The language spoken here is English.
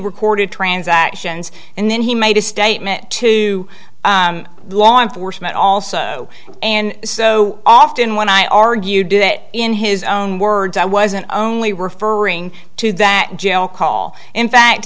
recorded transactions and then he made a statement to law enforcement also and so often when i argue did it in his own words i wasn't only referring to that jail call in fact